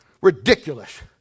Ridiculous